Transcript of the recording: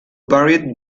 varied